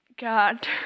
God